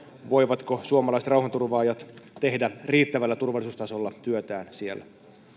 voivatko suomalaiset rauhanturvaajat tehdä riittävällä turvallisuustasolla työtään siellä